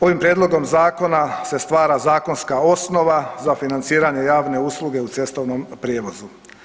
Ovim prijedlogom zakona se stvara zakonska osnova za financiranje javne usluge u cestovnom prijevozu.